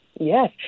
Yes